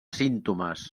símptomes